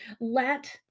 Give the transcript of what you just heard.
let